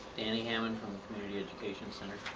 annie hammond from community education center.